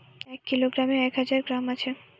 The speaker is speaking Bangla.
এক কিলোগ্রামে এক হাজার গ্রাম আছে